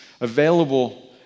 available